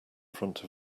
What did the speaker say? front